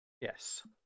Yes